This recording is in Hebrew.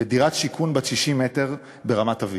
בדירת שיכון בת 60 מ"ר ברמת-אביב,